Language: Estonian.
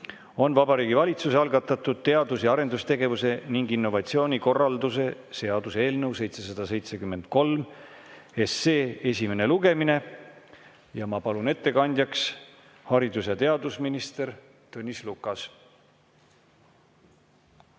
on Vabariigi Valitsuse algatatud teadus- ja arendustegevuse ning innovatsiooni korralduse seaduse eelnõu 773 esimene lugemine. Ma palun ettekandjaks haridus- ja teadusminister Tõnis Lukase.